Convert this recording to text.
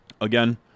Again